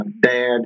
dad